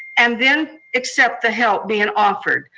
and then accept the help being offered.